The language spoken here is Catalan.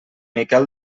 miquel